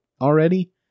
already